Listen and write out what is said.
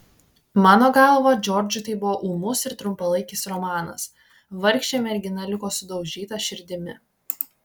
mano galva džordžui tai buvo ūmus ir trumpalaikis romanas vargšė mergina liko sudaužyta širdimi